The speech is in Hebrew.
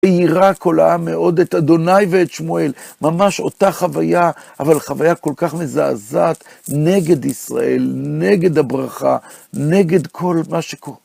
וירא כל העם מאוד את ה' ואת שמואל, ממש אותה חוויה, אבל חוויה כל כך מזעזעת, נגד ישראל, נגד הברכה, נגד כל מה שקורה.